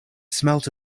smelt